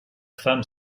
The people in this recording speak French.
femme